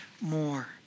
more